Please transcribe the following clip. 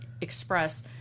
express